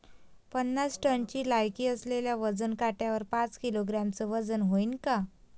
पन्नास टनची लायकी असलेल्या वजन काट्यावर पाच किलोग्रॅमचं वजन व्हईन का?